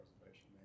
preservation